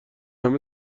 همه